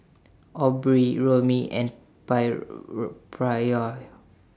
Aubrey Romie and Pryor